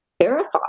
verify